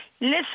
Listen